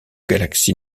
galaxy